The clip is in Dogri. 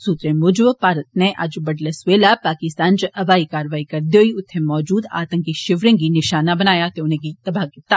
सूर्वे मूजब भारत नै अज्ज बड्डलै सवेला पाकिस्तान च हवाई कारवाई करदे होई उत्थे मौजूद आतंकी शिवरें गी निशाना बनाया ते उनेंगी तबाह कीता